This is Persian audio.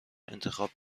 انتخاب